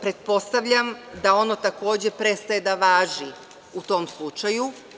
Pretpostavljam da ono takođe prestaje da važi u tom slučaju.